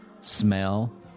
smell